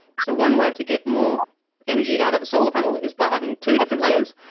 so one way to get more energy out of a solar panel is by having two different layers,